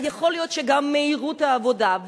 יכול להיות שגם מהירות העבודה,